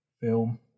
film